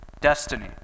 destiny